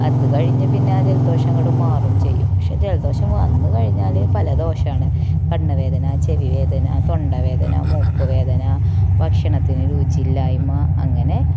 അത്കഴിഞ്ഞ് പിന്നെ ജലദോഷം അങ്ങട് മാറും ചെയ്യും പക്ഷെ ജലദോഷം വന്ന്കഴിഞ്ഞാല് പല ദോഷമാണ് കണ്ണ് വേദന ചെവിവേദന തൊണ്ടവേദന മൂക്ക് വേദന ഭക്ഷണത്തിന് രുചിയില്ലായ്മ അങ്ങനെ